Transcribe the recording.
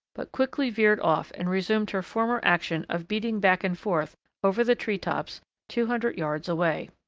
but quickly veered off and resumed her former action of beating back and forth over the tree-tops two hundred yards away.